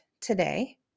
today